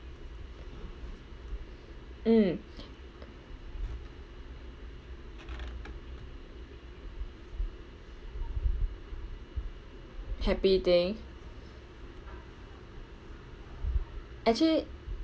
mm happy thing actually